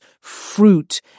fruit